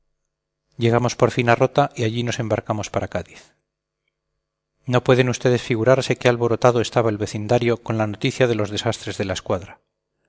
llegamos por fin a rota y allí nos embarcamos para cádiz no pueden ustedes figurarse qué alborotado estaba el vecindario con la noticia de los desastres de la escuadra